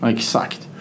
Exakt